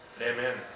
Amen